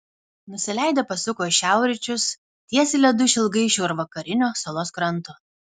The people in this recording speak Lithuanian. nusileidę pasuko į šiaurryčius tiesiai ledu išilgai šiaurvakarinio salos kranto